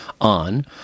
on